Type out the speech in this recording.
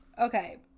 Okay